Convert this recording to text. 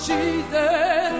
Jesus